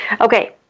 Okay